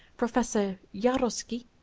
professor jarocki,